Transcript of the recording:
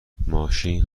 ماشین